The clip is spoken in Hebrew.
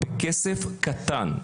עם כסף קטן.